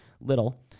Little